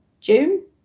June